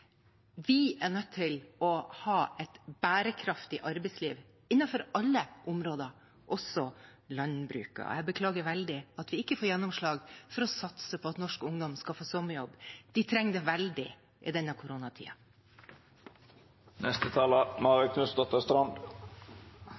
Vi er nødt til å ha et bærekraftig arbeidsliv innenfor alle områder, også landbruket. Jeg beklager veldig at vi ikke får gjennomslag for å satse på at norsk ungdom skal få sommerjobb. De trenger det veldig i denne